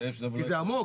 כי זה עמוק.